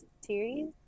series